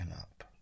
up